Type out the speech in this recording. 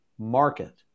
Market